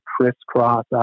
crisscross